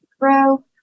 grow